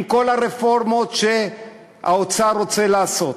עם כל הרפורמות שהאוצר רוצה לעשות.